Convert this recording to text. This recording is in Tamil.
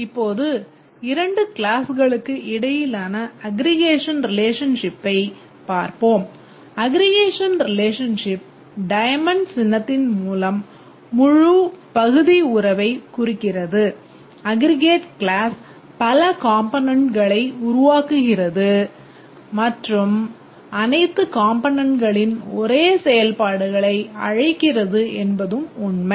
இப்போது இரண்டு கிளாஸ்களுக்கு உருவாக்குகிறது மற்றும் அனைத்து காம்பொனன்ட்களின் ஒரே செயல்பாடுகளை அழைக்கிறது என்பதும் உண்மை